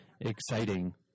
Exciting